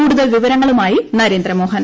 കൂടുതൽ വിവരങ്ങളുമായി നരേന്ദ്രമോഹൻ